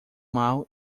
mal